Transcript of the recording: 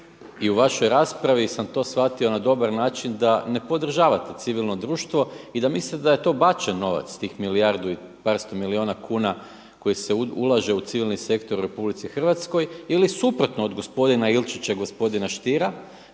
i u vašoj raspravi sam to shvatio na dobar način da ne podržavate civilno društvo i da mislite da je to bačen novac tih milijardu i par sto milijuna kuna koji se ulaže u civilni sektor u RH ili suprotno od gospodina Ilčića i gospodina Stiera